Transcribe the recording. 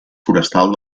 forestal